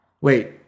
wait